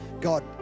God